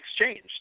exchanged